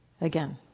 again